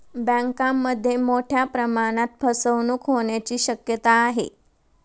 बँकांमध्ये मोठ्या प्रमाणात फसवणूक होण्याची शक्यता आहे